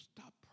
stop